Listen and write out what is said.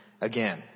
again